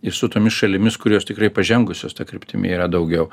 ir su tomis šalimis kurios tikrai pažengusios ta kryptimi yra daugiau